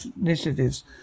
initiatives